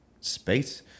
space